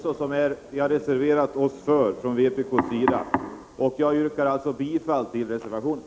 Det är till förmån för den som vi från vpk:s sida har reserverat oss. Jag yrkar bifall till reservationen.